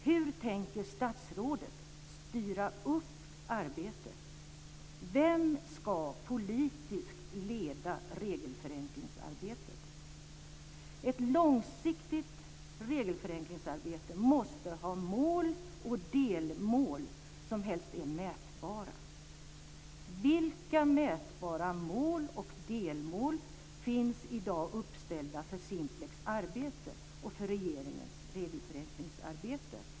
Hur tänker statsrådet styra upp arbetet? Vem ska politiskt leda regelförenklingsarbetet? Ett långsiktigt regelförenklingsarbete måste ha mål och delmål som helst är mätbara. Vilka mätbara mål och delmål finns i dag uppställda för Simplex arbete och regeringens regelförenklingsarbete?